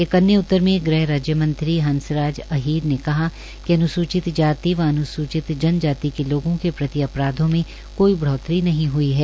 एक अन्य उत्तर में गृह राज्यमंत्री हंसराज अहीर ने कहा कि अनुसूचित जाति व अनुसूचित जन जाति के लोगों के प्रति अपराधों में कोई बढ़ोतरी नहीं ह्ई है